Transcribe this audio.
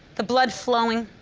the blood flowing.